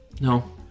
no